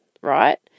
right